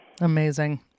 Amazing